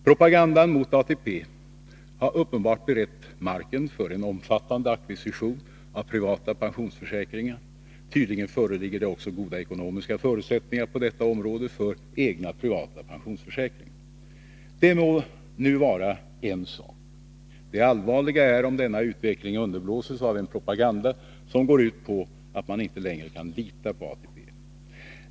Propagandan mot ATP har uppenbart berett marken för en omfattande ackvisition av privata pensionsförsäkringar. Tydligen föreligger också goda ekonomiska förutsättningar på detta område för egna privata pensionsförsäkringar. Det må nu vara en sak. Det allvarliga är om denna utveckling underblåses av en propaganda, som går ut på att man inte längre kan lita på ATP.